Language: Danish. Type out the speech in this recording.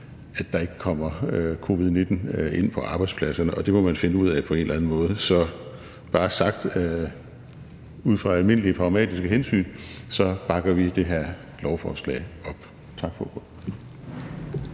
at der ikke kommer covid-19 ind på arbejdspladserne, og det må man finde ud af på en eller anden måde. Så bare sagt ud fra almindelige pragmatiske hensyn bakker vi det her lovforslag op. Tak for ordet.